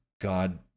God